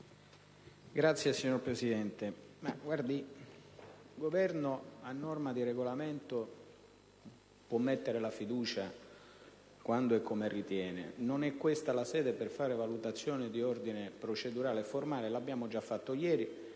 Signor Presidente, a norma di Regolamento il Governo può mettere la fiducia quando e come ritiene. Non è questa la sede per fare valutazioni di ordine procedurale e formale (lo abbiamo già fatto ieri),